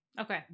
Okay